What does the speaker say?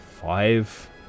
five